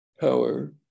Power